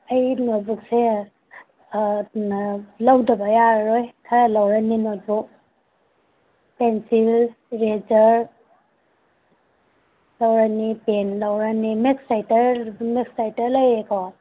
ꯑꯩ ꯅꯣꯠꯕꯨꯛꯁꯦ ꯂꯧꯗꯕ ꯌꯥꯔꯔꯣꯏ ꯈꯔ ꯂꯧꯔꯅꯤ ꯅꯣꯠꯕꯨꯛ ꯄꯦꯟꯁꯤꯜ ꯏꯔꯦꯖꯔ ꯂꯧꯔꯅꯤ ꯄꯦꯟ ꯂꯧꯔꯅꯤ ꯃꯦꯛꯁꯔꯥꯏꯇꯔ ꯃꯦꯛꯁꯔꯥꯏꯇꯔ ꯂꯩꯔꯦꯀꯣ